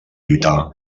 lluitar